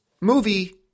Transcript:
movie